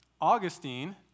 Augustine